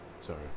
Sorry